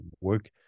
work